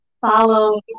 follow